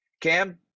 Cam